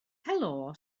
helo